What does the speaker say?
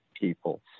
people